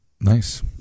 Nice